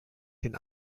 den